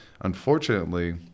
unfortunately